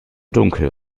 dunkel